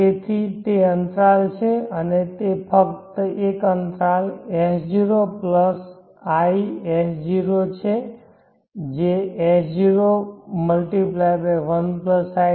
તેથી તે અંતરાલ છે અને તે ફક્ત એક અંતરાલ S0S0×i છે જે S0×1i